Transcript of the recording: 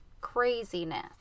craziness